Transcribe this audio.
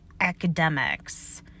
academics